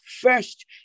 First